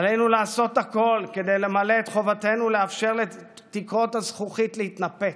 עלינו לעשות הכול כדי למלא את חובתנו לאפשר לתקרות הזכוכית להתנפץ,